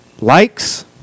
likes